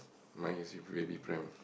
mine is with baby pram